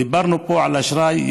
דיברנו פה על אשראי.